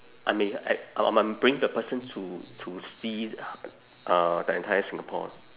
I may I I I might bring the person to to see uh the entire singapore